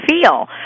feel